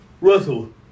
Russell